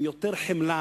עם יותר חמלה